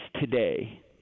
today